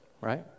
right